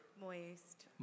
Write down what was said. Moist